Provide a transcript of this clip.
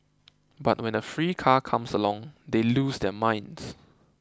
but when a free car comes along they lose their minds